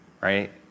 Right